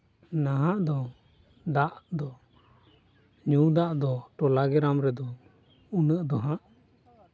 ᱱᱟᱦᱟᱜ ᱫᱚ ᱫᱟᱜ ᱫᱚ ᱧᱩ ᱫᱟᱜ ᱫᱚ ᱴᱚᱞᱟ ᱜᱨᱟᱢ ᱨᱮᱫᱚ ᱩᱱᱟᱹᱜ ᱫᱚᱦᱟᱜ